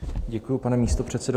Děkuji, pane místopředsedo.